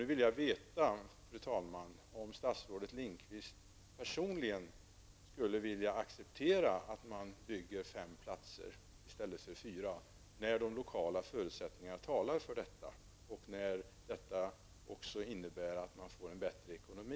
Nu vill jag veta, fru talman, om statsrådet Lindqvist personligen skulle vilja acceptera att man bygger fem platser i stället för fyra, när de lokala förhållandena talar för detta och när detta också innebär att man får en bättre ekonomi.